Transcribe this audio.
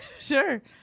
Sure